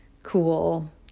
cool